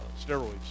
steroids